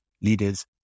leaders